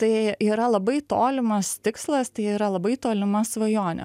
tai yra labai tolimas tikslas tai yra labai tolima svajonė